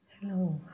Hello